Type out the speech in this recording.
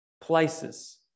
places